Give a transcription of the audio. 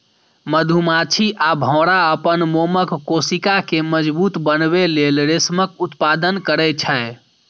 मधुमाछी आ भौंरा अपन मोमक कोशिका कें मजबूत बनबै लेल रेशमक उत्पादन करै छै